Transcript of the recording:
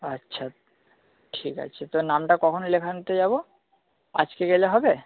আচ্ছা ঠিক আছে তা নামটা কখন লেখাতে যাব আজকে গেলে হবে